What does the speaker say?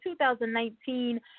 2019